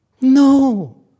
No